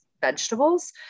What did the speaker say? vegetables